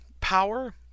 power